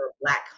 black